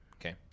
okay